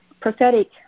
prophetic